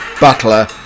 butler